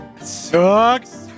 sucks